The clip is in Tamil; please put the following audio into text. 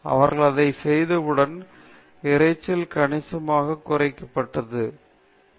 அவர்கள் அதை செய்தவுடன் இரைச்சல் கணிசமாக குறைக்கப்பட்டது குடியிருப்பாளர்களிடம் இருந்து எந்தவித புகாரும் இல்லை